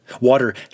Water